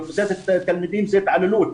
לאוכלוסיית התלמידים זה התעללות.